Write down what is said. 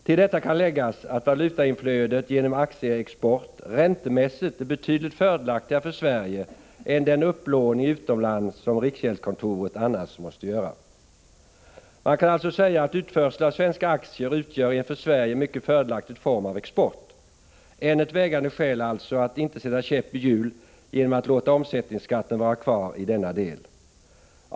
Till detta kan läggas att valutainflödet genom aktieexport räntemässigt är betydligt fördelaktigare för Sverige än den upplåning utomlands som riksgäldskontoret annars måste göra. Man kan alltså säga att utförsel av svenska aktier utgör en för Sverige mycket fördelaktig form av export. Det är således ännu ett vägande skäl för att inte sätta käppar i hjulet genom att låta omsättningsskatten vara kvar i denna del.